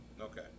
Okay